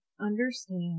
understand